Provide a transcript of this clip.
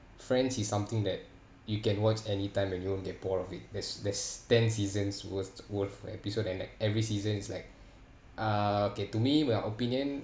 friends is something that you can watch anytime and you won't get bored of it there's there's ten seasons worth worth episode and like every season is like uh okay to me my opinion